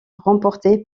remporté